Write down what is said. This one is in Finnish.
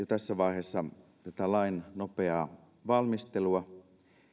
tässä vaiheessa tätä lain nopeaa valmistelua